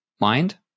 mind